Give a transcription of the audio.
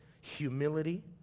humility